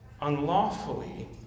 unlawfully